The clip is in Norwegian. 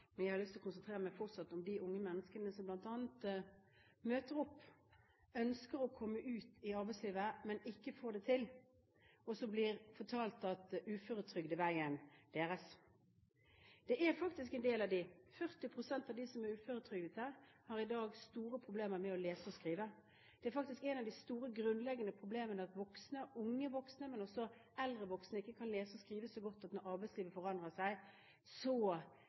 men jeg har fortsatt lyst til å konsentrere meg om de unge menneskene som møter opp, ønsker å komme ut i arbeidslivet, men ikke får det til, og som blir fortalt at uføretrygd er veien deres. Det er faktisk en del av dem. 40 pst. av de som er uføretrygdede, har i dag store problemer med å lese og skrive. Det er faktisk et av de store, grunnleggende problemene – at unge voksne, men også eldre voksne ikke kan lese og skrive så godt at de klarer å henge med når arbeidslivet forandrer seg.